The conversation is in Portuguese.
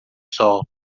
sol